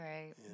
Right